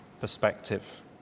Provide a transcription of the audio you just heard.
perspective